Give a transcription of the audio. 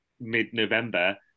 mid-November